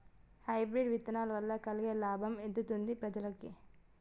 Hybrid విత్తనాల వలన కలిగే లాభం ఎంతుంది ప్రజలకి?